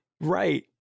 Right